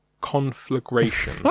conflagration